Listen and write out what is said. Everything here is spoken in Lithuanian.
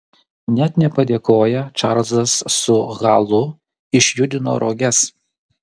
net nepadėkoję čarlzas su halu išjudino roges